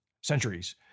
centuries